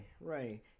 right